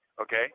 Okay